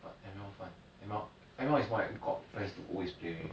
but M_L fun M_L M_L is more like got friends to always play with